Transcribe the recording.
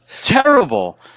terrible